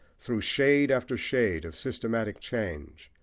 through shade after shade of systematic change.